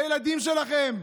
לילדים שלכם,